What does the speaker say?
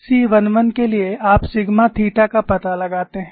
C 11 के लिए आप सिग्मा थीटा का पता लगाते हैं